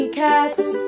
cats